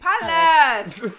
Palace